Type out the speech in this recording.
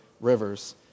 rivers